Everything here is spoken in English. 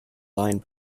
blind